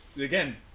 Again